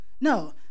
No